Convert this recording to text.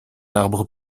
arbre